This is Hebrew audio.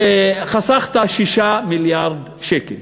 חסכת 6 מיליארדי שקלים.